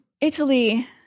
Italy